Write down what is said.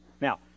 Now